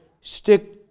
stick